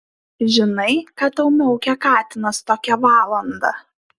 žinai ką tau miaukia katinas tokią valandą